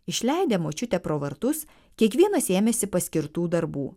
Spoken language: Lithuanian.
išleidę močiutę pro vartus kiekvienas ėmėsi paskirtų darbų